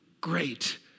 great